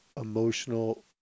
emotional